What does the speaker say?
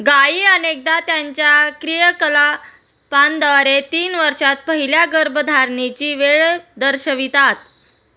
गायी अनेकदा त्यांच्या क्रियाकलापांद्वारे तीन वर्षांत पहिल्या गर्भधारणेची वेळ दर्शवितात